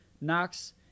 Knox